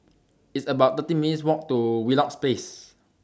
It's about thirty minutes' Walk to Wheelock Place